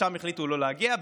שם החליטו לא להגיע,